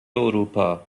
اروپا